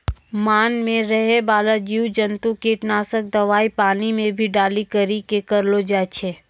मान मे रहै बाला जिव जन्तु किट नाशक दवाई पानी मे भी डाली करी के करलो जाय छै